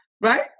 Right